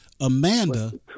Amanda